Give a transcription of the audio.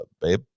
babe